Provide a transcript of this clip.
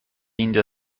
indian